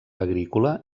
agrícola